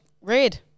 Red